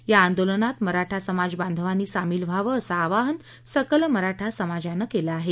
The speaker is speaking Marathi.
या आंदोलनात मराठा समाज बांधवांनी सामील व्हावं असं आवाहन सकल मराठा समाजानं केलं आहे